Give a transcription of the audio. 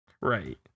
Right